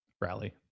rally